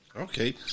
Okay